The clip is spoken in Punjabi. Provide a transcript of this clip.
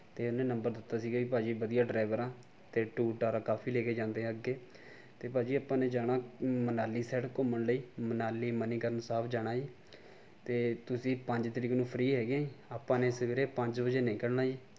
ਅਤੇ ਉਹਨੇ ਨੰਬਰ ਦਿੱਤਾ ਸੀਗਾ ਜੀ ਭਾਅ ਜੀ ਵਧੀਆ ਡਰਾਈਵਰ ਆ ਅਤੇ ਟੂਰ ਟਾਰ ਆ ਕਾਫ਼ੀ ਲੈ ਕੇ ਜਾਂਦੇ ਅੱਗੇ ਅਤੇ ਭਾਅ ਜੀ ਆਪਾਂ ਨੇ ਜਾਣਾ ਮਨਾਲੀ ਸਾਈਡ ਘੁੰਮਣ ਲਈ ਮਨਾਲੀ ਮਨੀਕਰਨ ਸਾਹਿਬ ਜਾਣਾ ਜੀ ਅਤੇ ਤੁਸੀਂ ਪੰਜ ਤਰੀਕ ਨੂੰ ਫ੍ਰੀ ਹੈਗੇ ਹੈ ਜੀ ਆਪਾਂ ਨੇ ਸਵੇਰ ਪੰਜ ਵਜੇ ਨਿਕਲਣਾ ਹੈ ਜੀ